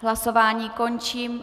Hlasování končím.